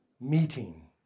meeting